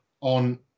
on